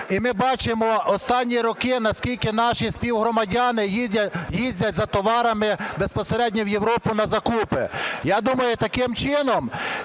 І ми бачимо останні роки, наскільки наші співгромадяни їздять за товарами безпосередньо в Європу на закупи. Я думаю, таким чином,